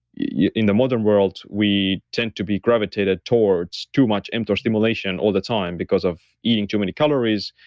yeah in the modern world, we tend to be gravitated towards too much mtor stimulation all the time because of eating too many calories,